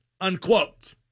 unquote